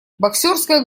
боксёрская